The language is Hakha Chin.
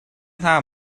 hna